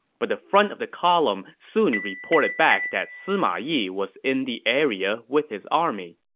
but the front of the column soon reported back that sima yi was in the area with his army.